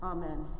Amen